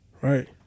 Right